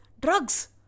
drugs